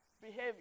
behavior